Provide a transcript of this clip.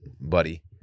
buddy